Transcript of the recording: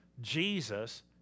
Jesus